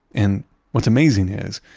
and what's amazing is,